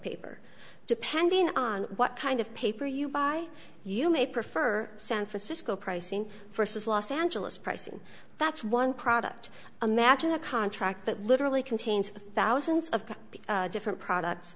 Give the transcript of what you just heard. paper depending on what kind of paper you buy you may prefer san francisco pricing versus los angeles pricing that's one product imagine a contract that literally contains thousands of different products